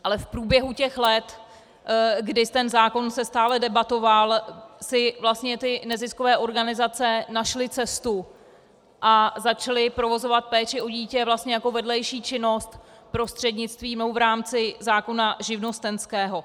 V průběhu let, kdy ten zákon se stále debatoval, si ale vlastně neziskové organizace našly cestu a začaly provozovat péči o dítě vlastně jako vedlejší činnost prostřednictvím a v rámci zákona živnostenského.